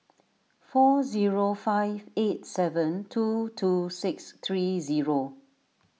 four zero five eight seven two two six three zero